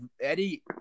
Eddie